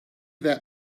that